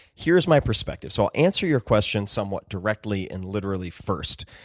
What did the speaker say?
here's my perspective, so i'll answer your question somewhat directly and literally first.